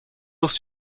dos